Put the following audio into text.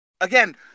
Again